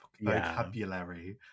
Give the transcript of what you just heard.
vocabulary